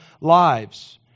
lives